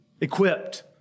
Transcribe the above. equipped